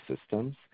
systems